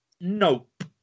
Nope